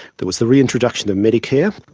there was the reintroduction of medicare,